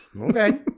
okay